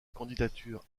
candidature